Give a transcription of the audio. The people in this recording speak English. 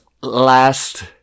last